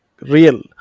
real